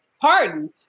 pardon